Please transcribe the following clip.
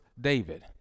david